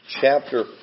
chapter